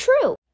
true